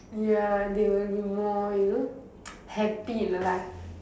ya they will be more you know happy lah